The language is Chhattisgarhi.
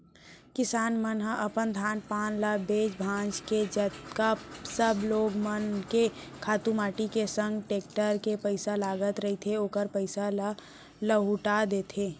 किसान मन ह अपन धान पान ल बेंच भांज के जतका सब लोगन मन के खातू माटी के संग टेक्टर के पइसा लगत रहिथे ओखर पइसा ल लहूटा देथे